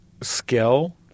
skill